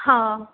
ହଁ